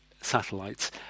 satellites